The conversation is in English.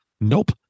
Nope